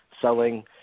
selling